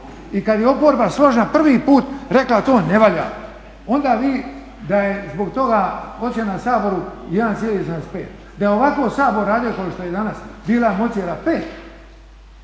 I kada je oporba složna prvi put rekla to ne valja onda vi da je zbog toga ocjena Saboru 1,75. Da je ovako Sabor radio kao što je danas bila bi ocjena 5.